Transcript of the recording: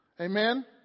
Amen